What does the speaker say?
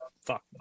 fuck